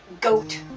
goat